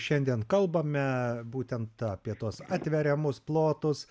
šiandien kalbame būtent apie tuos atveriamus plotus